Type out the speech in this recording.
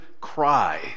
cry